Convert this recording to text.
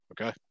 Okay